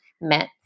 met